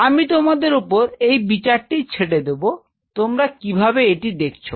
আমি তোমাদের উপর এই বিচারটি ছেড়ে দেব তোমরা কিভাবে এটিকে দেখছো